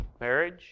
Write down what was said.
marriage